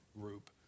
group